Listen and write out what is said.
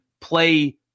play